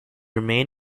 remain